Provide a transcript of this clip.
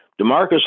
Demarcus